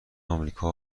آمریکا